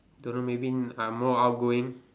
don't know maybe uh more outgoing